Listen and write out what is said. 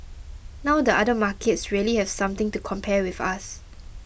now the other markets really have something to compare with us